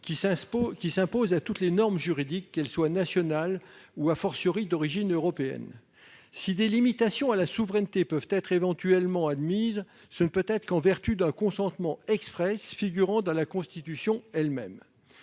elle s'impose à toutes les normes juridiques, qu'elles soient nationales ou,, d'origine européenne. Si des limitations à la souveraineté sont éventuellement admises, ce ne peut qu'être en vertu d'un consentement exprès, figurant dans la Constitution elle-même.